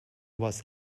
was